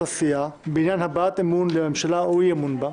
הסיעה בעניין הבעת אמון לממשלה או אי-אמון בה,